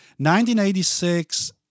1986